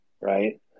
right